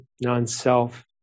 non-self